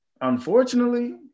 unfortunately